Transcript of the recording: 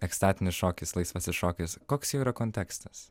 ekstatinis šokis laisvasis šokis koks jo yra kontekstas